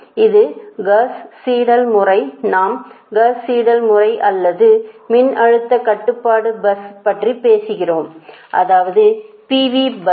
இது Gauss Seidel முறை நாம் காஸ் சீடெல் முறை அல்லது மின்னழுத்த கட்டுப்பாட்டு பஸ் பற்றி பேசுகிறோம்அதாவது PV பஸ்